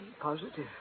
Positive